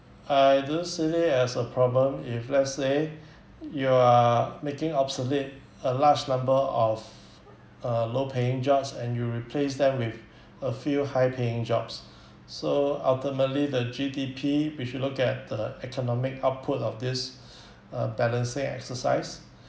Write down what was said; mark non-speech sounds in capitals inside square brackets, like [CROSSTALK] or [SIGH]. I don't seen it as a problem if let's say you are making obsolete a large number of uh low paying jobs and you replace them with a few high paying jobs [BREATH] so ultimately the G_D_P we should look at the economic output of this [BREATH] uh balancing exercise